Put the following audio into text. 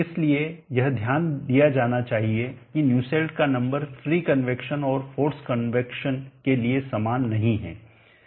इसलिए यह ध्यान दिया जाना चाहिए कि न्यूसेल्ट का नंबर फ्री कन्वैक्शन और फोर्सड कन्वैक्शन लिए समान नहीं है